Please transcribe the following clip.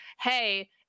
hey